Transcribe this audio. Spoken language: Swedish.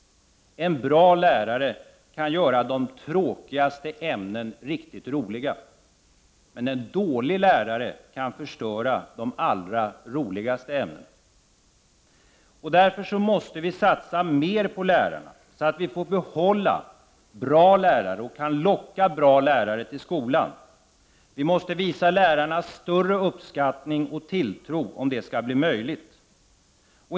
En bra lärare kan göra de tråkigaste ämnena riktigt roliga, medan en dålig lärare kan förstöra de roligaste ämnena. Vi måste satsa mer på lärarna så att vi får behålla bra lärare och kan locka bra lärare till skolan. Vi måste visa lärarna större uppskattning och tilltro om det skall bli möjligt.